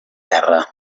terra